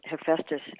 Hephaestus